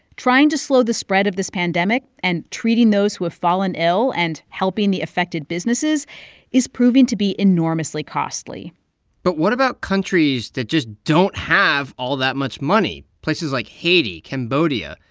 trying to slow the spread of this pandemic and treating those who have fallen ill and helping the affected businesses is proving to be enormously costly but what about countries that just don't have all that much money places like haiti, cambodia,